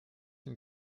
den